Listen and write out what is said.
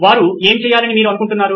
వారు ఏమి చేయాలని మీరు అనుకుంటున్నారు